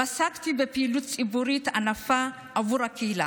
עסקתי בפעילות ציבורית ענפה עבור הקהילה: